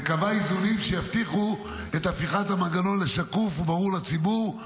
וקבעה איזונים שיבטיחו את הפיכת המנגנון לשקוף וברור ולציבור,